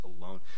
alone